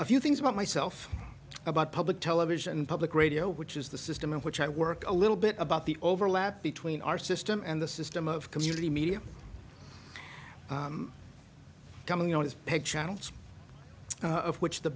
a few things about myself about public television and public radio which is the system in which i work a little bit about the overlap between our system and the system of community media coming on his picture of which the